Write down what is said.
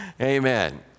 Amen